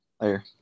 Later